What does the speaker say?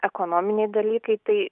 ekonominiai dalykai tai